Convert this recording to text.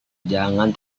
jangan